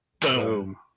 Boom